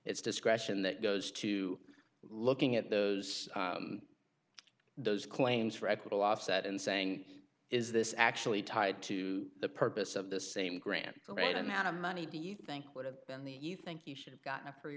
it's discretion that goes to looking at those those claims for acquittal offset and saying is this actually tied to the purpose of the same grant the right amount of money do you think would have been the you think you should have gotten a free